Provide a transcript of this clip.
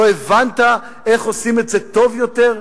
לא הבנת איך עושים את זה טוב יותר?